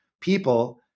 people